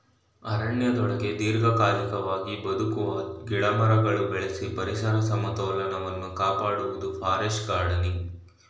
ಅರಣ್ಯದೊಳಗೆ ದೀರ್ಘಕಾಲಿಕವಾಗಿ ಬದುಕುವ ಗಿಡಮರಗಳು ಬೆಳೆಸಿ ಪರಿಸರ ಸಮತೋಲನವನ್ನು ಕಾಪಾಡುವುದು ಫಾರೆಸ್ಟ್ ಗಾರ್ಡನಿಂಗ್